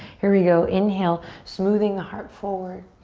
here we go, inhale, smoothing the heart forward.